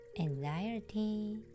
anxiety